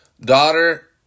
daughter